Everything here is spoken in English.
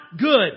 good